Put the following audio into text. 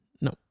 No